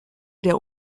der